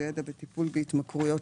בוקר טוב,